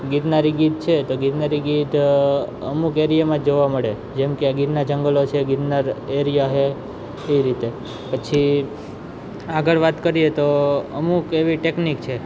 ગિરનારી ગીધ છે તો ગિરનારી ગીધ અમુક એરિયામાં જ જોવા મળે જેમ કે ગીરના જંગલો છે ગીરના એરિયા છે એ રીતે પછી આગળ વાત કરીએ તો અમુક એવી ટેકનિક છે